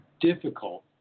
difficult